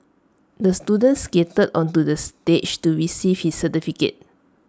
the student skated onto the stage to receive his certificate